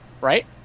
right